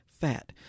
fat